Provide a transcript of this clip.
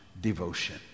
devotion